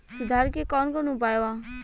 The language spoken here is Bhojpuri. सुधार के कौन कौन उपाय वा?